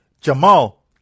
Jamal